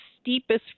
steepest